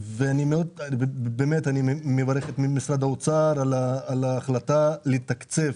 אני מברך את משרד האוצר על ההחלטה לתקצב,